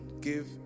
give